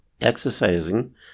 exercising